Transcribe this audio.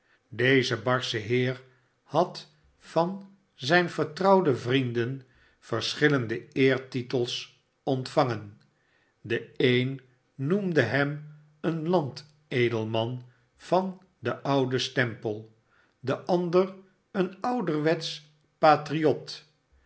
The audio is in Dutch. deze barsche heer had van zijne vertrouwde vnenden verschillende eertitels ontvangen de een noemde hem een landedelman van den ouden stempel de ander een ouderwetsch patriot